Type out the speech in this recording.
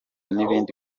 n’ibindi